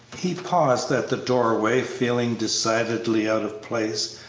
he paused at the doorway, feeling decidedly out of place,